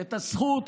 את הזכות,